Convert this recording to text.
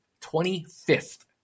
25th